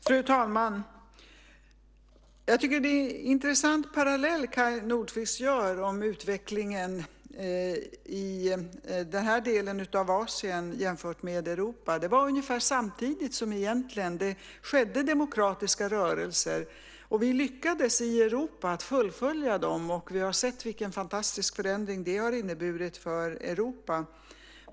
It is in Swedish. Fru talman! Det är en intressant parallell Kaj Nordquist gör om utvecklingen i den här delen av Asien jämfört med Europa. Det var ungefär samtidigt som det skedde demokratiska rörelser. Vi lyckades fullfölja dem i Europa, och vi har sett vilken fantastisk förändring det har inneburit för Europa.